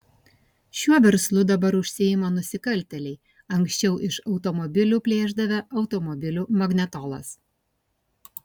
šiuo verslu dabar užsiima nusikaltėliai anksčiau iš automobilių plėšdavę automobilių magnetolas